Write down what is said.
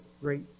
great